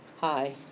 Hi